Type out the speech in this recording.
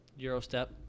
Eurostep